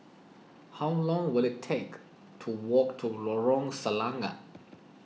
how long will it take to walk to Lorong Selangat